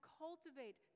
cultivate